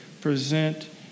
present